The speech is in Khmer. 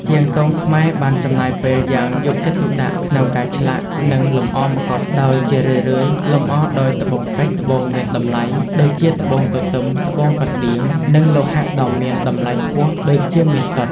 ជាងទងខ្មែរបានចំណាយពេលយ៉ាងយកចិត្តទុកដាក់ក្នុងការឆ្លាក់ និងលម្អម្កុដ ដោយជារឿយៗលម្អដោយ ត្បូងពេជ្រ ត្បូងមានតម្លៃ (ដូចជា ត្បូងទទឹម ត្បូងកណ្ដៀង) និង លោហៈដ៏មានតម្លៃខ្ពស់ (ដូចជាមាសសុទ្ធ)។